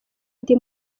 ndi